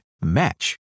match